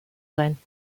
sein